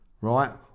right